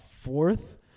fourth